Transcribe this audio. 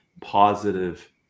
positive